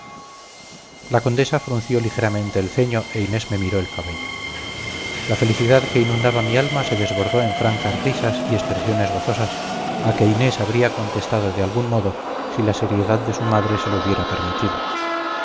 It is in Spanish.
la condesa frunció ligeramente el ceño e inés me miró el cabello la felicidad que inundaba mi alma se desbordó en francas risas y expresiones gozosas a que inés habría contestado de algún modo si la seriedad de su madre se lo hubiera permitido